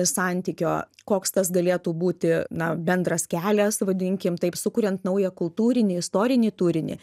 santykio koks tas galėtų būti na bendras kelias vadinkim taip sukuriant naują kultūrinį istorinį turinį